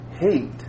hate